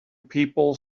people